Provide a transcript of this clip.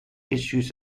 issues